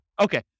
Okay